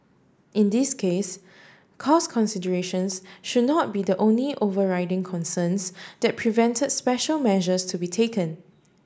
in this case cost considerations should not be the only overriding concerns that prevent special measures to be taken